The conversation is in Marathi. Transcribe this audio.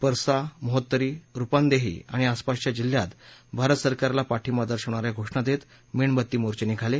परसा महोत्तरी रुपांदेही आणि आसपासच्या जिल्ह्यांत भारत सरकारला पाठिंबा दर्शवणाऱ्या घोषणा देत मेणबत्ती मोर्चे निघाले